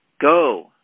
go